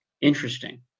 interesting